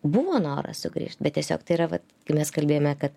buvo noras sugrįžt bet tiesiog tai yra vat kai mes kalbėjome kad